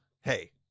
hey